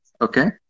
okay